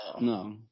No